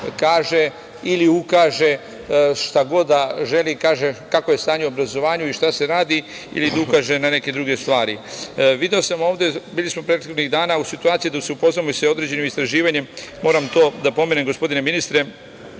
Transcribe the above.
kaže ili ukaže šta god da želi, kaže kakvo je stanje u obrazovanju i šta se radi ili da ukaže na neke druge stvari. Video sam ovde, bili smo prethodnih dana u situaciji da se upoznamo sa određenim istraživanjem. Moram to da pomenem, gospodine ministre,